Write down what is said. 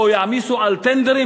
או יעמיסו על טנדרים,